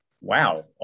wow